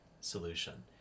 solution